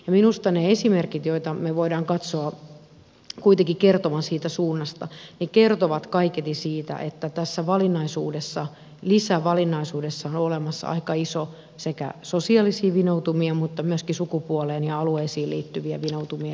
minusta ne esimerkit joiden me voimme katsoa kuitenkin kertovan siitä suunnasta kertovat kaiketi siitä että tässä valinnaisuudessa lisävalinnaisuudessa on olemassa aika isoja sekä sosiaalisia vinoutumia että sukupuoleen ja alueisiin liittyvien vinoutumien riskejä